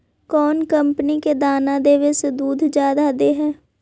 कौन कंपनी के दाना देबए से दुध जादा दे है?